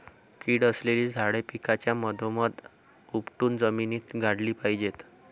कीड असलेली झाडे पिकाच्या मधोमध उपटून जमिनीत गाडली पाहिजेत